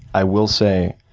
i will say,